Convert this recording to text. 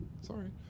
sorry